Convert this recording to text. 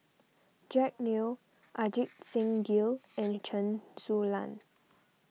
Jack Neo Ajit Singh Gill and Chen Su Lan